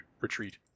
retreat